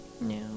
no